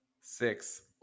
six